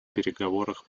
переговорах